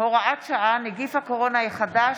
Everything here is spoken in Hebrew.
(הוראת שעה, נגיף הקורונה החדש),